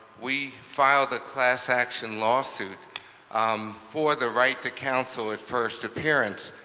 we filed a class-action lawsuit um for the right to counsel at first appearance.